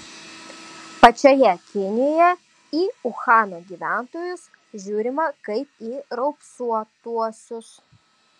pačioje kinijoje į uhano gyventojus žiūrima kaip į raupsuotuosius